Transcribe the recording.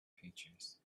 features